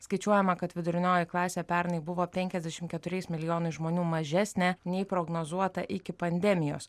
skaičiuojama kad vidurinioji klasė pernai buvo penkiasdešimt keturiais milijonais žmonių mažesnė nei prognozuota iki pandemijos